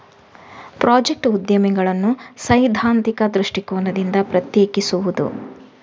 project ಉದ್ಯಮಿಗಳನ್ನು ಸೈದ್ಧಾಂತಿಕ ದೃಷ್ಟಿಕೋನದಿಂದ ಪ್ರತ್ಯೇಕಿಸುವುದು